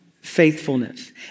faithfulness